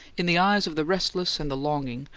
in the eyes of the restless and the longing,